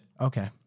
Okay